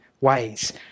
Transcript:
Ways